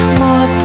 more